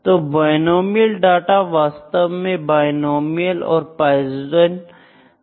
तो binomial data वास्तव में बिनोमिअल और पोइजन से पहले कहा जाता है